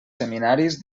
seminaris